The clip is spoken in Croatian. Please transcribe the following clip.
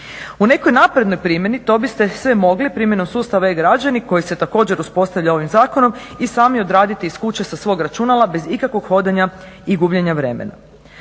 U nekoj naprednoj primjeni to biste sve mogli primjenom sustava e-građani koji se također uspostavlja ovim zakonom i sami odraditi iz kuće sa svog računala bez ikakvog hodanja i gubljenja vremena.